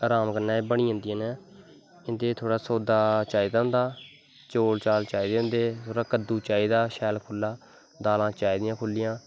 अराम कन्नै एह् बनी जंदियां न इ'नें गी थोह्ड़ा सौद्दा चाहिदा होंदा ऐ चौल चाल चाहिदा कद्दू चाहीदा खुल्ली दालां चाहिदियां खुल्लियां